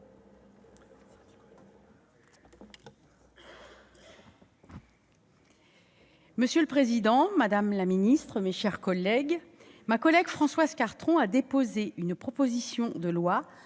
Monsieur le président, madame la secrétaire d'État, mes chers collègues, notre collègue Françoise Cartron a déposé une proposition de loi